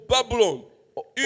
Babylon